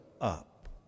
up